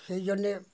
সেই জন্যে